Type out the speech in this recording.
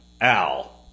Al